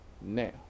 now